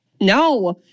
No